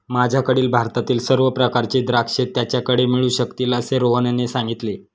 माझ्याकडील भारतातील सर्व प्रकारची द्राक्षे त्याच्याकडे मिळू शकतील असे रोहनने सांगितले